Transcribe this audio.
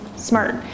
smart